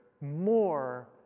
more